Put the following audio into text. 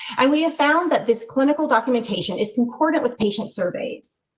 and we have found that this clinical documentation is important with patient surveys.